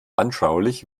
anschaulich